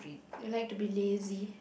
I like to be lazy